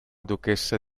duchessa